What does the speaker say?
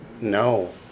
No